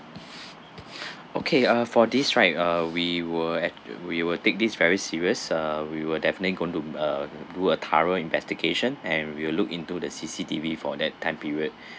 okay uh for this right uh we will actu~ we will take this very serious uh we will definitely going to do uh do a thorough investigation and will look into the C_C_T_V for that time period